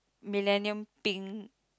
millennium pink